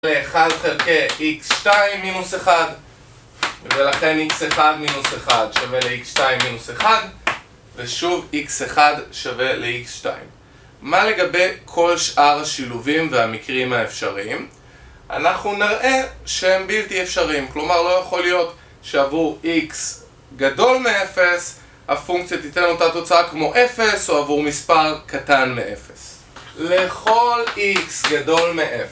1 חלקי x2 מינוס 1 ולכן x1 מינוס 1 שווה לx2 מינוס 1 ושוב x1 שווה לx2 מה לגבי כל שאר השילובים והמקרים האפשריים? אנחנו נראה שהם בלתי אפשריים, כלומר לא יכול להיות שעבור x גדול מ-0 הפונקציה תיתן אותה תוצאה כמו 0 או עבור מספר קטן מ-0 לכל x גדול מ-0